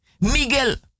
Miguel